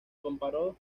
comparó